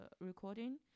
recording